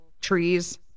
trees